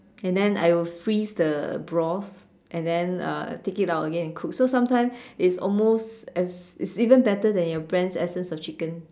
and then I will freeze the broth and then uh I'll take it out again cook so sometimes it's almost as it's even better than your Brand's essence of chicken